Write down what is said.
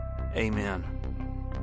Amen